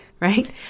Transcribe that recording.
Right